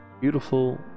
beautiful